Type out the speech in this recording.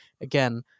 again